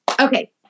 Okay